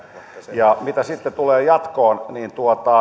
ja mitä tulee jatkoon niin